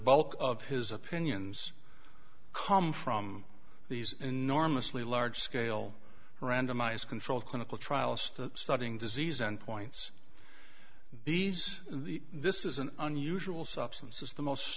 bulk of his opinions come from these enormously large scale randomized controlled clinical trials studying disease and points these this is an unusual substance is the most